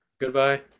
Goodbye